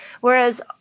Whereas